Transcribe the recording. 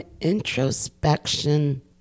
introspection